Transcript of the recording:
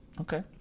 Okay